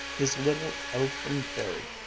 his little ellfen fairy,